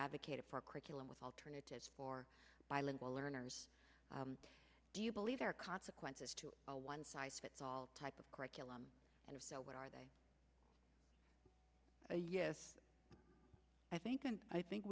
advocated for curriculum with alternatives for bilingual learners do you believe there are consequences to a one size fits all type of curriculum and if so what are they yes i think i think